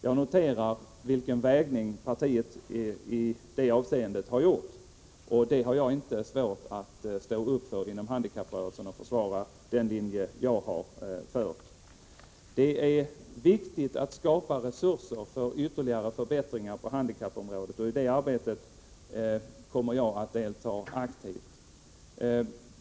Jag noterar den bedömning som partiet har gjort härvidlag. Inom handikapprörelsen har jag inte svårt att stå upp och försvara min linje. Det är viktigt att skapa resurser för ytterligare förbättringar på handikappområdet, och i det arbetet kommer jag att delta aktivt.